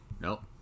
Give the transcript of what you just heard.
Nope